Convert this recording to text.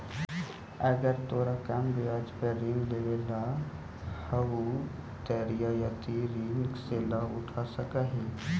अगर तोरा कम ब्याज पर ऋण लेवेला हउ त रियायती ऋण के लाभ उठा सकऽ हें